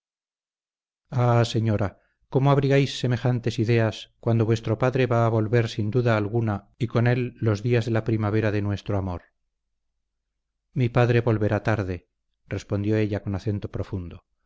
señora cómo abrigáis semejantes ideas cuando vuestro padre va a volver sin duda alguna y con él los días de la primavera de nuestro amor mi padre volverá tarde respondió ella con acento profundo